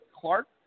Clark